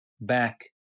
back